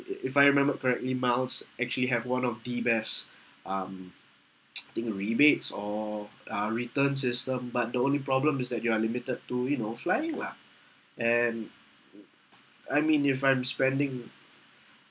uh if I remember correctly miles actually have one of the best um thing to rebates or uh return system but the only problem is that you are limited to you know flying lah and I mean if I'm spending